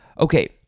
Okay